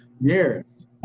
years